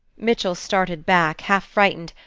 mitchell started back, half-frightened,